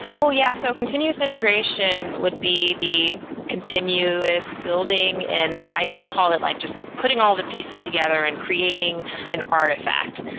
well yeah. so continuous integration would be the continuous building. and i call it like just putting all the pieces together and creating an artifact,